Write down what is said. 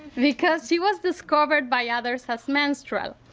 because she was discovered by others as menstrual.